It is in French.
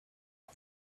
aux